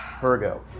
Virgo